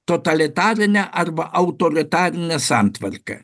totalitarine arba autolitarine santvarka